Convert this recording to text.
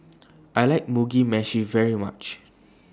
I like Mugi Meshi very much